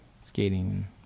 skating